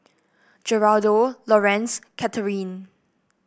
Geraldo Lorenz Katherin